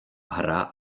hra